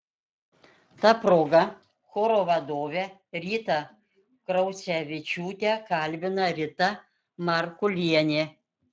ta proga choro vadovę ritą kraucevičiūtę kalbina rita markulienė